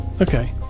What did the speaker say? okay